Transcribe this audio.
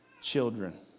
children